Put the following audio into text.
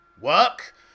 work